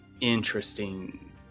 interesting